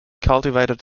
cultivated